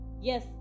Yes